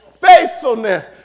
faithfulness